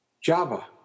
Java